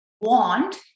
want